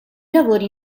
lavori